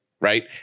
Right